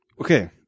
Okay